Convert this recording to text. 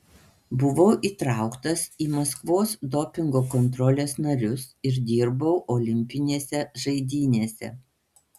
buvau įtrauktas į maskvos dopingo kontrolės narius ir dirbau olimpinėse žaidynėse